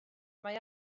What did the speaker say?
mae